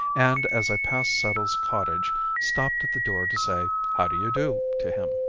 and as i passed settle's cottage stopped at the door to say how do you do to him.